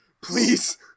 please